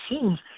seems